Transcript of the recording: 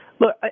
Look